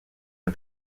but